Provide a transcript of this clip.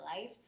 life